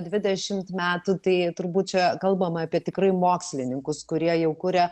dvidešimt metų tai turbūt čia kalbama apie tikrai mokslininkus kurie jau kuria